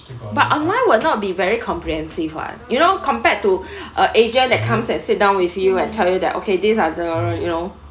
but online will not be very comprehensive one you know compared to a agent that comes and sit down with you and tell you that okay these are the you know